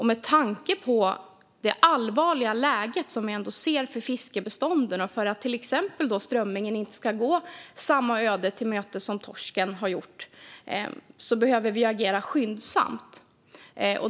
Med tanke på det allvarliga läge som vi ser för fiskbestånden, och för att till exempel strömmingen inte ska gå samma öde till mötes som torsken, behöver vi agera skyndsamt.